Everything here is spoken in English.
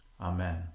Amen